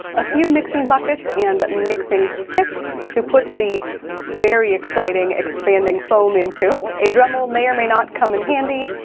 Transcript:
a few mixing buckets and mixing sticks to put the very exciting expanding foam into. a dremel may or may not come in handy.